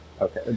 Okay